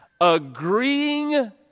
Agreeing